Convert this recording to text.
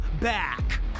back